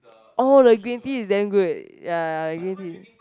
oh the green tea is damn good ya ya the green tea